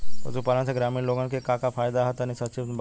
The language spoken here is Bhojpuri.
पशुपालन से ग्रामीण लोगन के का का फायदा ह तनि संक्षिप्त में बतावल जा?